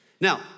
Now